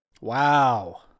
Wow